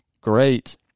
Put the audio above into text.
great